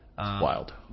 Wild